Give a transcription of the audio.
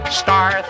star